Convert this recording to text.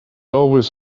always